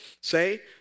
say